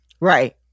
Right